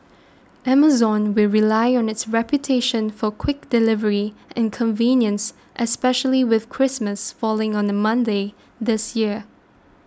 Amazon will rely on its reputation for quick delivery and convenience especially with Christmas falling on a Monday this year